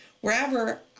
wherever